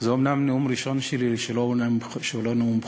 זה אומנם הנאום הראשון שלי, שהוא לא נאום בכורה,